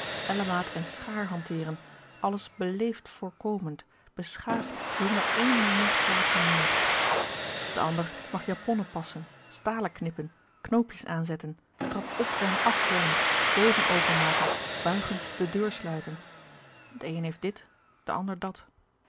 ellemaat en schaar hanteeren alles beléefd voorkomend beschaafd zonder één moment kwaad humeur de ander mag japonnen passen stalen knippen knoopjes aanzetten trap op en af hollen doozen openmaken buigend de deur sluiten de een heeft dit de ander dat